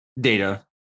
data